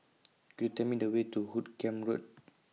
Could YOU Tell Me The Way to Hoot Kiam Road